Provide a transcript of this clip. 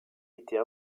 était